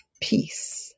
peace